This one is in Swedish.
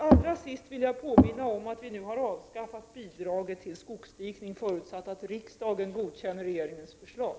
Allra sist vill jag påminna om att vi nu kommer att avskaffa bidraget till skogsdikning, förutsatt att riksdagen godkänner regeringens förslag.